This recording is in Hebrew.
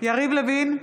יריב לוין,